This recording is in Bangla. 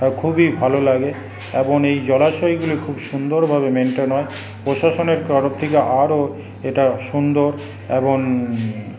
তাই খুবই ভালো লাগে এবং এই জলাশয়গুলি খুব সুন্দরভাবে মেন্টেন হয় প্রশাসনের তরফ থেকে আরো এটা সুন্দর এবং